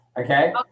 Okay